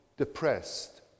depressed